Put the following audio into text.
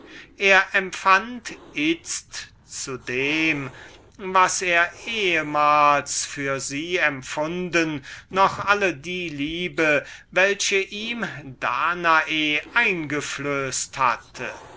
er empfand itzt alles wieder für sie was er ehemals empfunden und diese neuen empfindungen noch dazu welche ihm danae eingeflößt hatte